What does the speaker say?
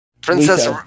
Princess